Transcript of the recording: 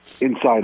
inside